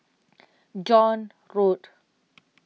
John Road